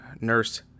Nurse